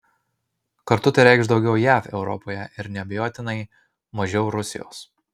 kartu tai reikš daugiau jav europoje ir neabejotinai mažiau rusijos